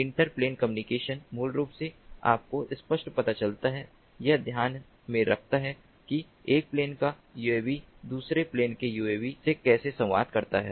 inter plane communication मूल रूप से आपको स्पष्ट पता चलता है यह ध्यान में रखता है कि एक प्लेन का यूएवी दूसरे प्लेन के यूएवी से कैसे संवाद करता है